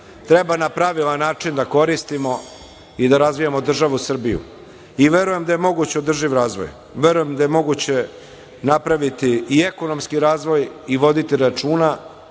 treba na pravilan način da koristimo i da razvijamo državu Srbiju i verujem da je moguć održiv razvoj, verujem da je moguće napraviti i ekonomski razvoj i voditi računa